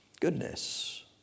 Goodness